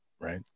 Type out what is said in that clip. Right